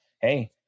hey